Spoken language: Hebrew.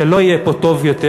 כשלא יהיה פה טוב יותר,